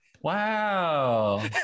wow